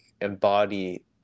embody